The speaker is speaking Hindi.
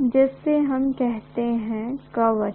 जिसे हम कहते हैं कवच